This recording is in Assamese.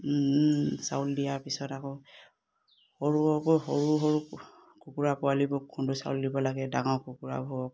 চাউল দিয়াৰ পিছত আকৌ সৰুকৈ সৰু সৰু কুকুৰা পোৱালিবোৰ খুন্দো চাউল দিব লাগে ডাঙৰ কুকুৰাবোৰক